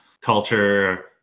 culture